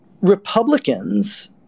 Republicans